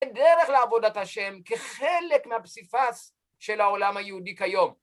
דרך לעבודת ה' כחלק מהפסיפס של העולם היהודי כיום